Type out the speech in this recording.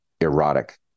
erotic